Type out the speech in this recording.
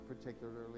particularly